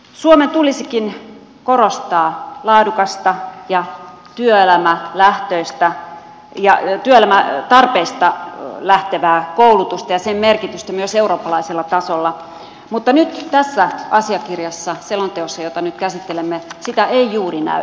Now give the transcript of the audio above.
suomen tulisikin korostaa laadukasta ja työelämätarpeista lähtevää koulutusta ja sen merkitystä myös eurooppalaisella tasolla mutta nyt tässä asiakirjassa selonteossa jota nyt käsittelemme sitä ei juuri näy